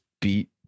beat